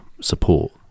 support